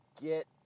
get